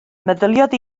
meddyliodd